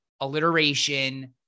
alliteration